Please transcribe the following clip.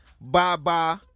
Bye-bye